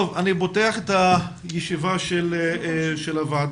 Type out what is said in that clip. אני פותח את הישיבה של הוועדה,